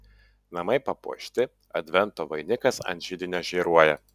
namai papuošti advento vainikas ant židinio žėruoja